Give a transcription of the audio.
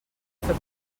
fer